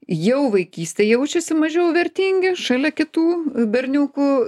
jau vaikystėj jaučiasi mažiau vertingi šalia kitų berniukų